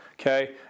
okay